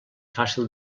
fàcil